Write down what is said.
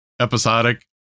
episodic